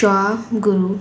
शाहुरू